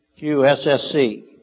QSSC